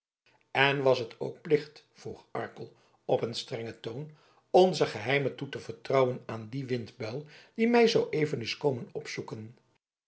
en was het ook plicht vroeg arkel op een strengen toon onze geheimen toe te vertrouwen aan dien windbuil die mij zooeven is komen opzoeken